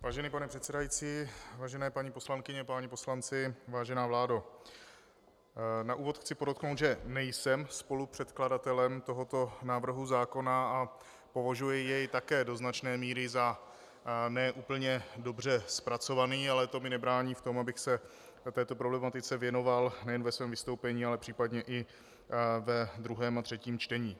Vážený pane předsedající, vážené paní poslankyně, páni poslanci, vážená vládo, na úvod chci podotknout, že nejsem spolupředkladatelem tohoto návrhu zákona a považuji jej také do značné míry za ne úplně dobře zpracovaný, ale to mi nebrání v tom, abych se této problematice věnoval nejen ve svém vystoupení, ale případně i ve druhém a třetím čtení.